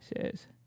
says